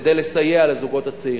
כדי לסייע לזוגות הצעירים.